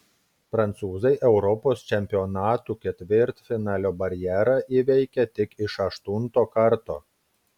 prancūzai europos čempionatų ketvirtfinalio barjerą įveikė tik iš aštunto karto